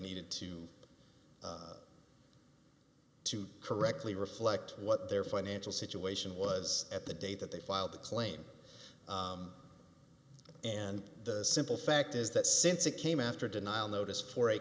needed to to correctly reflect what their financial situation was at the date that they filed the claim and the simple fact is that since it came after a denial notice for a